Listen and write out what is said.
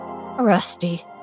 Rusty